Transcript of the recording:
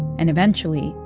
and eventually,